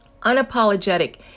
Unapologetic